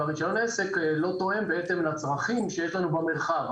ורישיון העסק לא תואם בעצם לצרכים שיש לנו במרחב.